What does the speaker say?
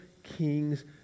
kings